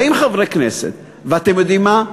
באים חברי כנסת ואתם יודעים מה?